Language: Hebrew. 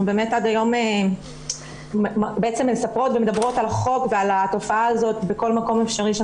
עד היום אנחנו מספרות ומדברות על החוק ועל התופעה הזאת בכל מקום אפשרי.